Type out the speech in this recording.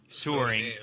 touring